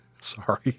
sorry